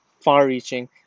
far-reaching